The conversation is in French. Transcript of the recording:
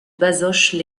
bazoches